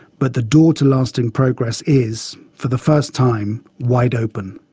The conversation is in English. but the door to lasting progress is, for the first time, wide open.